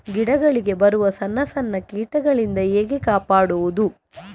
ಗಿಡಗಳಿಗೆ ಬರುವ ಸಣ್ಣ ಸಣ್ಣ ಕೀಟಗಳಿಂದ ಹೇಗೆ ಕಾಪಾಡುವುದು?